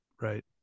right